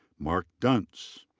mark duntz.